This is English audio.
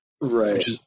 Right